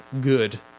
good